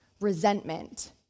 resentment